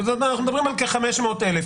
אנחנו מדברים על כ-500,000.